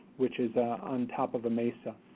which is on top of a mesa.